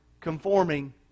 conforming